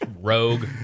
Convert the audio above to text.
rogue